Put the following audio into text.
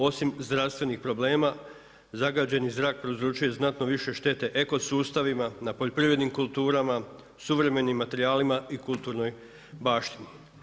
Osim zdravstvenih problema zagađeni zrak prouzrokuje znatno više štete ekosustavima na poljoprivrednim kulturama, suvremenim materijalima i kulturnoj baštini.